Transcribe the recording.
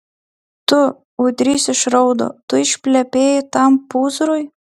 tu ūdrys išraudo tu išplepėjai tam pūzrui